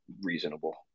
reasonable